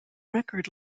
record